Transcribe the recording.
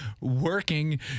working